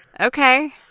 Okay